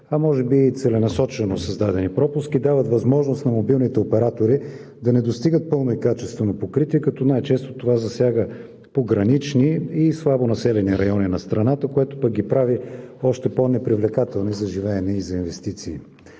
а може би и целенасочено създадени пропуски дават възможност на мобилните оператори да не достигат пълно и качествено покритие, като най-често това засяга погранични и слабо населени райони на страната, което пък ги прави още по-непривлекателни за живеене и за инвестиции.